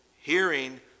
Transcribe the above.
hearing